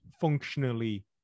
functionally